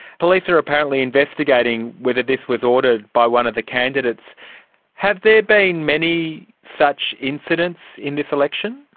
police are apparently investigating whether this was ordered by one of the candidates have there been many such incidents in this election?